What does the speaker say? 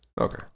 Okay